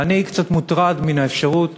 ואני קצת מוטרד מן האפשרות